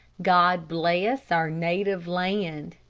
god bless our native land,